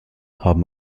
haben